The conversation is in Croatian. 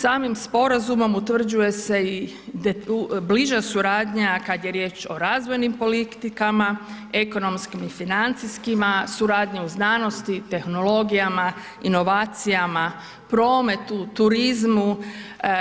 Samim sporazumom utvrđuje se i bliža suradnja kad je riječ o razvojnim politikama, ekonomskim i financijskima, suradnja u znanosti, tehnologijama, inovacijama, prometu, turizmu,